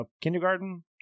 Kindergarten